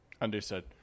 Understood